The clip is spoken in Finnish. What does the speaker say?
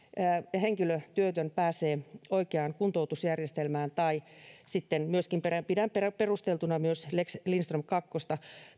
henkilö työtön pääsee oikeaan kuntoutusjärjestelmään sitten pidän perusteltuna myöskin lex lindström kakkosta